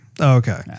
Okay